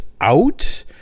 out